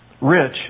rich